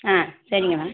ஆ சரிங்கம்மா